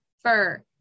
Fur